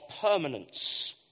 permanence